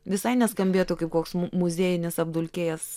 visai neskambėtų kaip koks mu muziejinis apdulkėjęs